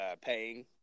paying